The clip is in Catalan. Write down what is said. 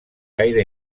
gaire